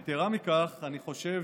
יתרה מזו, אני חושב